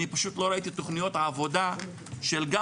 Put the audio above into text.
אני פשוט לא ראיתי תכניות עבודה של גם